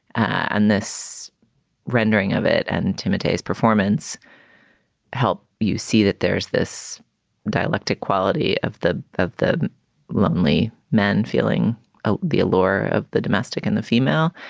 and this rendering of it and timothy's performance help you see that there's this dialectic quality of the of the lonely men feeling ah the allure of the domestic and the female.